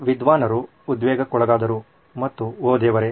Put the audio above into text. ವಿದ್ವಾನ್ ರೂ ಉದ್ವೇಗಕ್ಕೊಳಗಾದರು ಮತ್ತು ಓ ದೇವರೇ